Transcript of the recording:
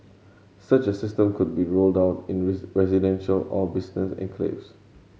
such a system could be rolled out in residential or business enclaves